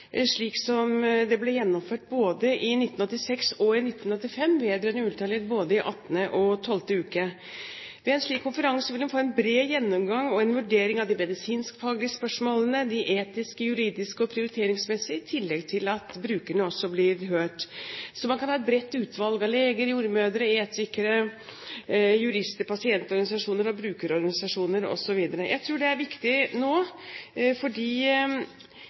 slik det ble gjennomført både i 1985 og 1986 vedrørende ultralyd både i 18. og 12. uke. Ved en slik konferanse vil man få en bred gjennomgang og en vurdering av de medisinskfaglige spørsmålene – de etiske, juridiske og prioriteringsmessige – i tillegg til at brukerne også blir hørt. Så kan man ha et bredt utvalg av leger, jordmødre, etikere, jurister, pasientorganisasjoner, brukerorganisasjoner osv. Jeg tror det er viktig nå,